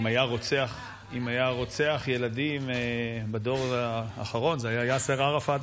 אם היה רוצח ילדים בדור האחרון זה היה יאסר ערפאת.